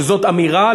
שזאת אמירה,